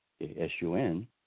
S-U-N